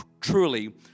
truly